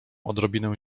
odrobinę